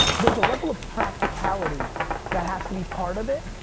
there's a level of practicality that has to be part of it.